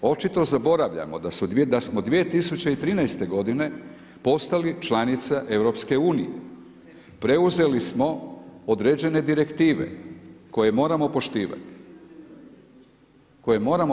Očito zaboravljamo da smo 2013.g. postali članica EU, preuzeli smo određene direktive, koje moramo poštivati, koje moramo